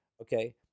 Okay